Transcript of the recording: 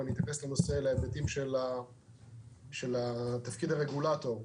ואתייחס להיבטים של תפקיד הרגולטור,